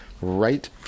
right